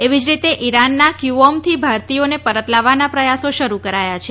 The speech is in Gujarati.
એવી જ રીતે ઇરાનના ક્ય્ઓમથી ભારતીયોને પરત લાવવાના પ્રયાસો શરૂ કરાયા છે